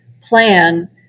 plan